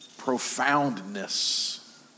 profoundness